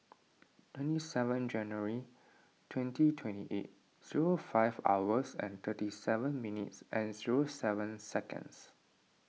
twenty seven January twenty twenty eight zero five hours and thirty seven minutes and zero seven seconds